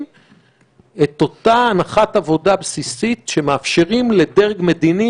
את אותה הנחת עבודה בסיסית שמאפשרים לדרג מדיני,